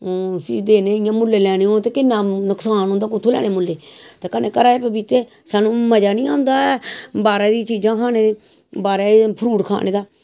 फ्ही देने ते इयां मुल्लें लैने हेन ते किन्ना नुकसाल होंदा कुत्थु लैने मुल्लै ते कनै घरै दे पपीते सानूं मज़ा निं आंदा ऐ बाह्रा दियां चीजां खाने गी बाह्रा दे फ्रूट खाने दा